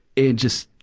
it just,